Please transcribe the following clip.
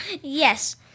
Yes